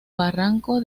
barranco